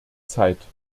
zeit